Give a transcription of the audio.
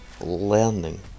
learning